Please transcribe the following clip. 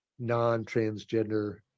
non-transgender